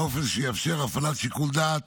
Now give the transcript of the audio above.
באופן שיאפשר הפעלת שיקול דעת